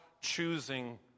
choosing